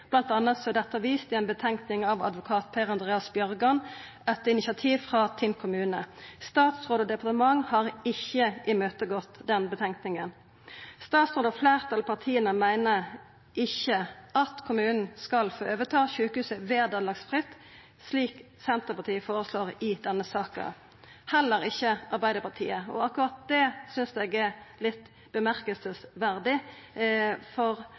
er dette vist i ei fråsegn av advokat Per Andreas Bjørgan, etter initiativ frå Tinn kommune. Statsråd og departement har ikkje imøtegått den fråsegna. Statsråden og fleirtalet av partia meiner at kommunen ikkje skal få overta sjukehuset vederlagsfritt, slik Senterpartiet føreslår i denne saka – heller ikkje Arbeidarpartiet. Akkurat det synest eg er litt merkeleg, for